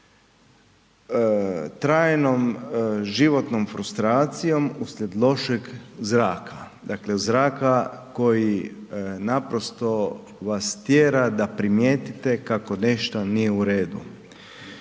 trajnoj životnom frustracijom usred lošeg zraka, dakle zraka koji naprosto vas tjera da primijetite kako nešto nije u redu.